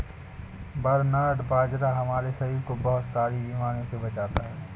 barnyard बाजरा हमारे शरीर को बहुत सारी बीमारियों से बचाता है